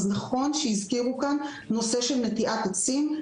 אז נכון שהזכירו כאן הצללה באמצעות נטיעת עצים,